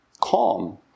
calm